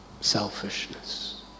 Selfishness